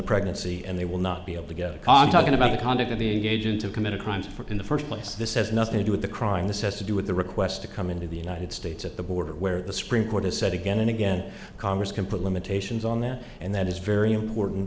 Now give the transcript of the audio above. pregnancy and they will not be able to get a con talking about the conduct of the agent who committed crimes for in the first place this has nothing to do with the crime this has to do with the request to come into the united states at the border where the supreme court has said again and again congress can put limitations on that and that is very important